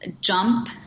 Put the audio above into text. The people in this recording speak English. jump